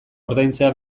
ordaintzea